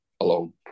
alone